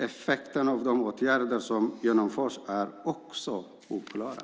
Effekten av de åtgärder som genomförs är också oklar,